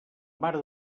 mare